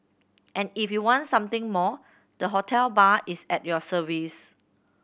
and if you want something more the hotel bar is at your service